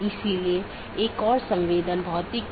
तो यह कुछ सूचित करने जैसा है